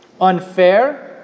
Unfair